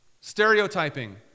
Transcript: Stereotyping